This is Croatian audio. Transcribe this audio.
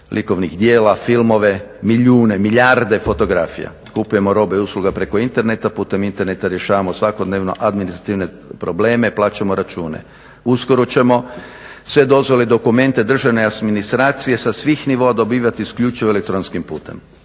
likovnih djela, filmove, milijune, milijarde fotografija, kupujemo robe i usluge preko interneta, putem interneta rješavamo svakodnevno administrativne probleme, plaćamo račune. Uskoro ćemo sve dozvole i dokumente državne administracije sa svih nivoa dobivati isključivo elektronskim putem.